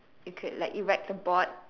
you could like erect the board